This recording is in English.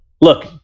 look